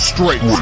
Straight